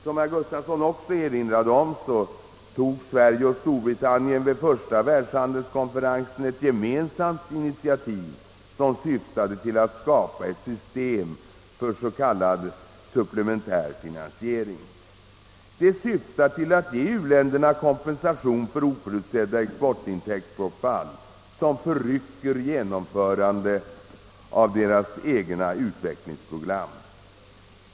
Som herr Gustafson i Göteborg också erinrade om tog Sverige och Storbritannien vid första världshandelskonfe rensen ett gemensamt initiativ som syftade till att skapa ett system för s.k. supplementär finansiering. Det syftar till att ge u-länderna kompensation för oförutsedda exportintäktsbortfall som förrycker genomförandet av deras utvecklingsprogram.